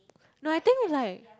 no I think it's like